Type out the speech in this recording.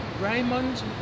Raymond